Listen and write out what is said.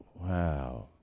Wow